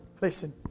Listen